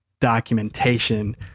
documentation